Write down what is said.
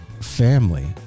family